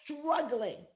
struggling